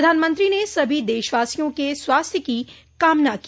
प्रधानमंत्री ने सभो देशवासियों के स्वास्थ्य की कामना की